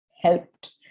helped